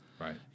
Right